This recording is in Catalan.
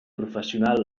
professional